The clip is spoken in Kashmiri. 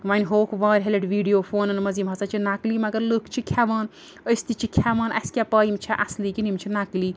وۄنۍ ہووُکھ واریاہ لَٹہِ ویٖڈیو فونَن منٛز یِم ہسا چھِ نَقلی مگر لوٗکھ چھِ کھیٚوان أسۍ تہِ چھِ کھیٚوان اسہِ کیٛاہ پاے یِم چھا اَصلی کِنہٕ یِم چھِ نَقلی